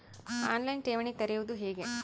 On line ಠೇವಣಿ ತೆರೆಯುವುದು ಹೇಗೆ?